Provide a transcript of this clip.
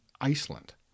Iceland